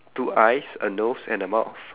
two eyes a nose and a mouth